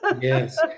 Yes